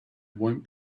won’t